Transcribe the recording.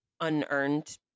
unearned